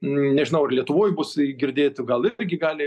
nežinau ar lietuvoj bus girdėti gal irgi gali